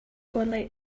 only